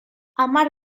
hamar